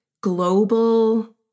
global